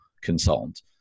consultant